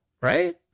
right